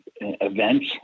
events